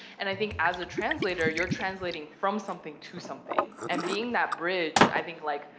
and i think as a translator, you're translating from something to something, and being that bridge, i think, like,